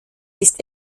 ist